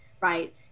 right